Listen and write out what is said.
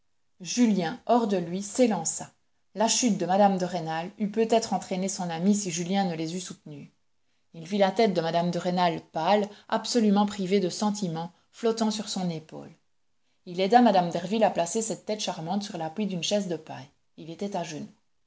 julien hors de lui s'élança la chute de mme de rênal eût peut-être entraîné son amie si julien ne les eût soutenues il vit la tête de mme de rênal pâle absolument privée de sentiment flottant sur son épaule il aida mme derville à placer cette tête charmante sur l'appui d'une chaise de paille il était à genoux